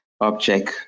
object